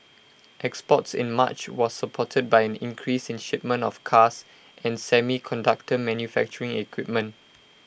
exports in March was supported by an increase in shipments of cars and semiconductor manufacturing equipment